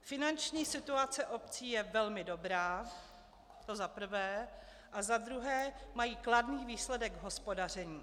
Finanční situace obcí je velmi dobrá, to za prvé, a za druhé mají kladný výsledek hospodaření.